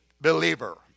believer